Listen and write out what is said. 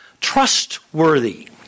trustworthy